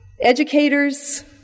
educators